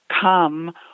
come